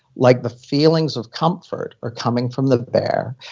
like the feelings of comfort are coming from the bear.